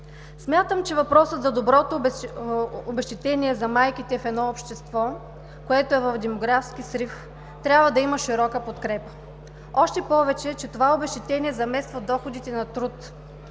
Смятам, че въпросът за доброто обезщетение за майките в едно общество, което е в демографски срив, трябва да има широка подкрепа, още повече че това обезщетение замества доходите на труд.